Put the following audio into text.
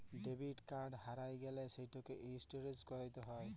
debit card হারাঁয় গ্যালে সেটকে হটলিস্ট ক্যইরতে হ্যয়